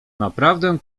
naprawdę